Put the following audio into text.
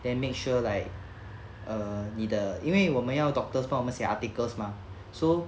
then make sure like err 你的因为我们要 doctors 帮我们写 articles mah so